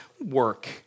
work